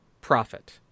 profit